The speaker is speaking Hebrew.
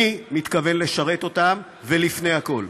אני מתכוון לשרת אותם, לפני הכול.